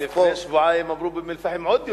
אבל לפני שבועיים אמרו שבאום-אל-פחם עוד יותר.